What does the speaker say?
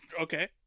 okay